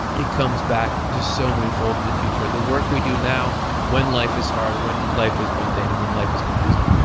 it comes back just so many fold in the future, and the work we do now when life is hard, when life is mundane, when life is confusing,